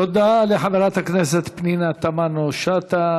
תודה לחברת הכנסת פנינה תמנו-שטה.